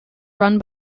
run